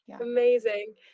amazing